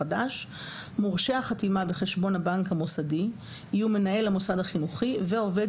מורשי החתימה בחשבון הבנק המוסדי יהיו מנהל המוסד החינוכי ועובד